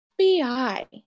FBI